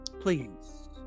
please